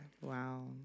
Wow